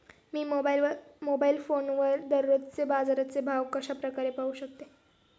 मी mobile फोनवर दररोजचे बाजाराचे भाव कशा प्रकारे पाहू शकेल?